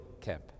camp